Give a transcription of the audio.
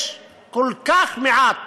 יש כל כך מעט